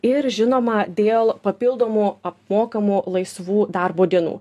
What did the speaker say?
ir žinoma dėl papildomų apmokamų laisvų darbo dienų